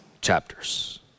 chapters